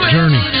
Journey